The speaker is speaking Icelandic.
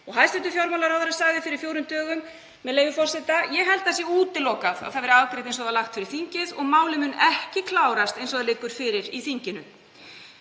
og hæstv. fjármálaráðherra sagði fyrir fjórum dögum, með leyfi forseta: „Ég held að það sé útilokað að það verði afgreitt eins og það var lagt fyrir þingið […] En málið mun ekki klárast eins og það liggur fyrir í þinginu.“